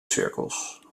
cirkels